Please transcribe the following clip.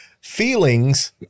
Feelings